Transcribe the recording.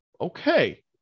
okay